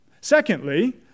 Secondly